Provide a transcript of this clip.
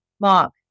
Mark